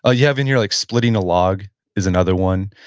ah you have in here like splitting a log is another one.